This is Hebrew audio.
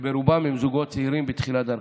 שברובם הם זוגות צעירים בתחילת דרכם.